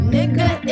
Nigga